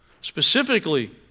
Specifically